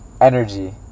energy